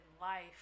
life